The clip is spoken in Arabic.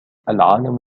العالم